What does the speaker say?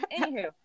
Anywho